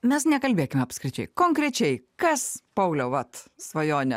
mes nelabėkim apskričiai konkrečiai kas pauliau vat svajone